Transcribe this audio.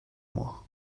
mois